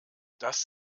das